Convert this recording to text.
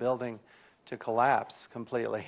building to collapse completely